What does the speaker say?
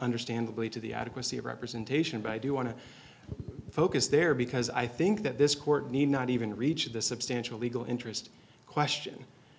understandably to the adequacy of representation but i do want to focus there because i think that this court need not even reach the substantial legal interest question